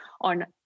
on